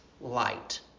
light